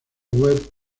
web